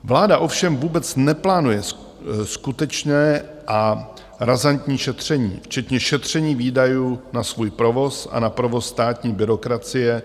Vláda ovšem vůbec neplánuje skutečné a razantní šetření, včetně šetření výdajů na svůj provoz a na provoz státní byrokracie.